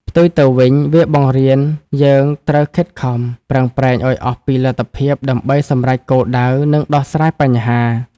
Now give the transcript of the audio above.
ផ្ទុយទៅវិញ វាបង្រៀន យើងត្រូវតែខិតខំប្រឹងប្រែងឱ្យអស់ពីលទ្ធភាពដើម្បីសម្រេចគោលដៅ និងដោះស្រាយបញ្ហា។